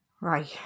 Right